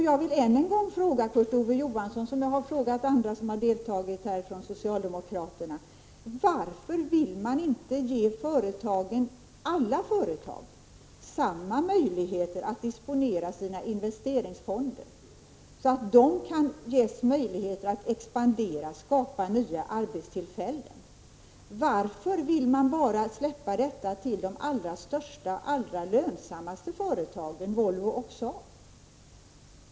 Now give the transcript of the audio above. Jag vill än en gång fråga Kurt Ove Johansson, som jag har frågat andra socialdemokrater som har deltagit i debatten: Varför vill man inte ge alla företag samma möjligheter att disponera sina investeringsfonder, så att de ges möjligheter att expandera och skapa nya arbetstillfällen? Varför vill man släppa investeringsfonderna bara när det gäller de allra största och allra lönsammaste företagen — Volvo och Saab?